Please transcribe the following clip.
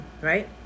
right